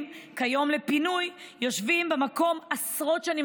כיום לפינוי יושבים במקום עשרות שנים.